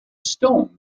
stone